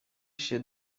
się